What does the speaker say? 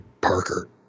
Parker